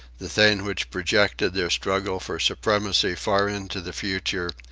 the thing which projected their struggle for supremacy far into the future,